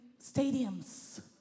stadiums